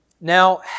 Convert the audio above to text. now